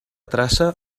traça